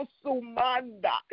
sumanda